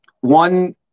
one